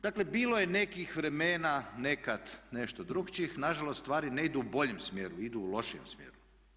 Dakle bilo je nekih vremena, nekad nešto drukčijih, nažalost stvari ne idu u boljem smjeru, idu u lošem smjeru.